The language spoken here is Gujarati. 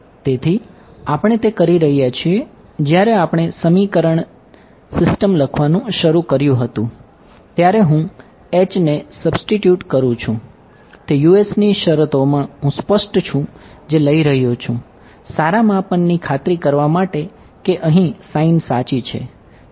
તેથી આપણે તે કરી રહ્યા છીએ જ્યારે આપણે સમીકરણ ો સિસ્ટમ લખવાનું શરૂ કર્યું હતું ત્યારે હું ને સબસ્ટીટ્યૂટ કરું છું તે Us ની શરતોમાં હું સ્પષ્ટ ની ખાતરી કરવા માટે કે અહીં સાઇન સાચી છે